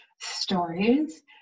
stories